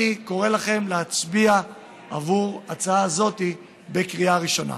אני קורא לכם להצביע עבור ההצעה הזאת בקריאה ראשונה.